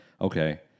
okay